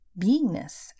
beingness